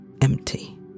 empty